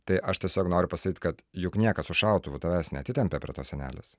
tai aš tiesiog noriu pasakyt kad juk niekas su šautuvu tavęs neatitempė prie tos sienelės